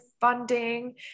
funding